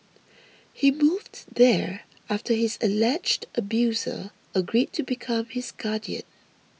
he moved there after his alleged abuser agreed to become his guardian